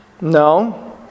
No